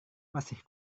masih